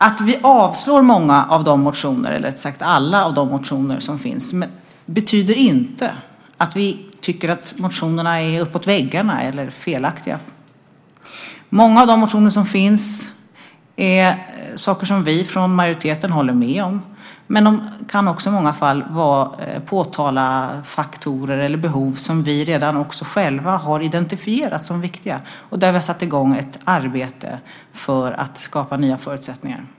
Att vi avstyrker alla motionerna betyder inte att vi tycker att motionerna är uppåt väggarna eller felaktiga. Många av motionerna handlar om sådant som vi från majoriteten håller med om. Men i många fall kan det också vara så att där påtalas faktorer eller behov som vi redan har identifierat som viktiga och för vilka vi redan har satt i gång ett arbete för att skapa nya förutsättningar.